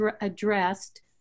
addressed